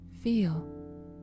feel